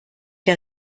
der